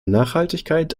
nachhaltigkeit